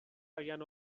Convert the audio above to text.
agian